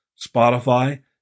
Spotify